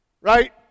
right